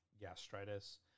gastritis